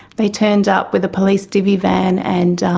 they turned up with a police divvy van and